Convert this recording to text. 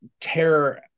Terror